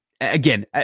again